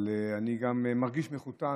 אבל אני גם מרגיש מחותן,